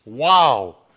Wow